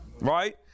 right